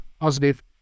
positive